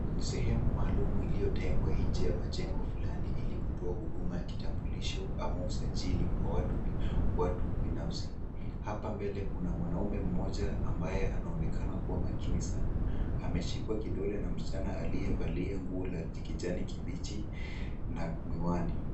Ni sehemu maalum iliyotengwa nje ya majengo fulani ili kutoa huduma ya kitambulisho ama usajili kwa watu binafsi. Hapa mbele kuna mwanaume mmoja ambaye anaonekana kuwa makini sana. Ameshikwa kidole na msichana aliyevalia nguo la kijani kibichi na miwani.